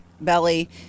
belly